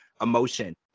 emotion